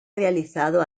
realizado